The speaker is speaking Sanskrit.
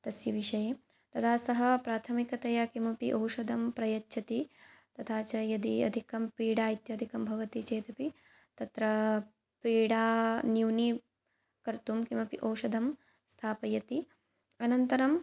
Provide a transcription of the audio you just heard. तस्य विषये तदा सः प्राथमिकतया किमपि औषधं प्रयच्छति तथा च यदि अधिकं पीडा इत्यादिकं भवति चेत् अपि तत्र पीडा न्यूनीकर्तुं किमपि औषधं स्थापयति अनन्तरं